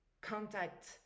contact